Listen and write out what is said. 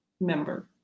member